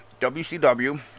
WCW